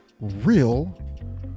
real